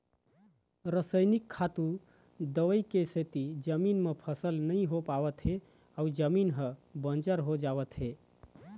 रसइनिक खातू, दवई के सेती जमीन म फसल नइ हो पावत हे अउ जमीन ह बंजर हो जावत हे